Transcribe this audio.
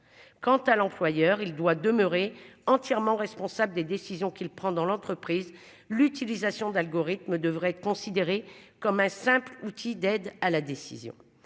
Quant à l'employeur il doit demeurer entièrement responsable des décisions qu'il prend dans l'entreprise. L'utilisation d'algorithmes devrait être considéré comme un simple outil d'aide à la décision.